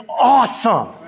awesome